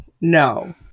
no